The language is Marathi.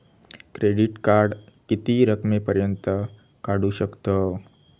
क्रेडिट कार्ड किती रकमेपर्यंत काढू शकतव?